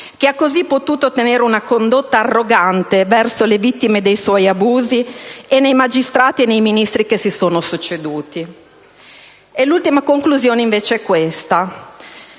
che ha così potuto tenere una condotta arrogante verso le vittime dei suoi abusi, e nei magistrati e nei ministri che si sono succeduti. L'ultima conclusione è la seguente.